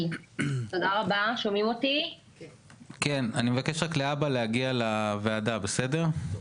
אני אבקש רק שלהבא להגיע לוועדה, בבקשה.